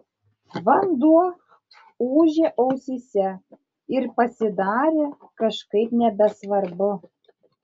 vanduo ūžė ausyse ir pasidarė kažkaip nebesvarbu